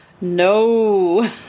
No